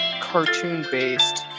cartoon-based